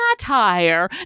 satire